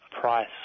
price